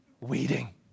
weeding